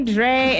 Dre